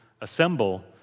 assemble